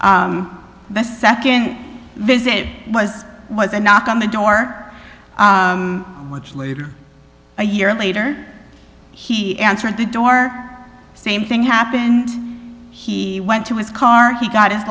the nd visit was was a knock on the door which later a year later he answered the door same thing happened he went to his car he got his